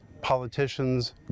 politicians